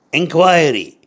inquiry